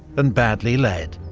and badly led.